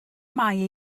mai